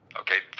okay